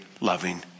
loving